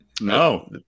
No